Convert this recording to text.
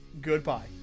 Goodbye